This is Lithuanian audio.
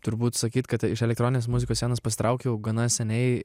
turbūt sakyt kad iš elektroninės muzikos scenos pasitraukiau gana seniai